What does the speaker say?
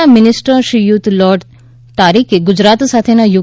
ના મિનીસ્ટર શ્રીયુત લોર્ડ તારીકે ગુજરાત સાથેના યુ